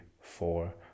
four